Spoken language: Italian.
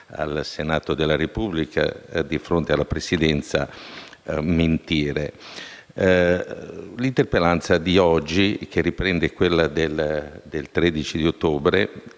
al Senato della Repubblica, di fronte alla Presidenza, mentire. L'interpellanza di oggi, che riprende quella del 13 ottobre,